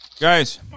guys